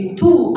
two